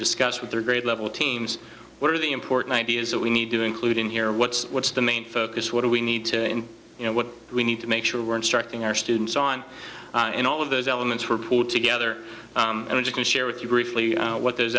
discussed with third grade level teams what are the important ideas that we need to include in here what's what's the main focus what do we need to in you know what we need to make sure we're instructing our students on in all of those elements were pulled together and you can share with you briefly what those